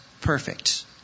perfect